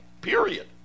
period